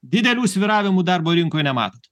didelių svyravimų darbo rinkoj nematot